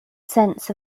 sense